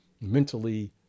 mentally